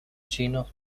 chinos